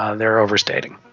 ah there are overstating.